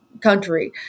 country